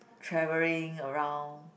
travelling around